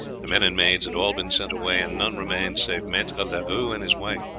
the men and maids had all been sent away, and none remained save maitre leroux and his wife.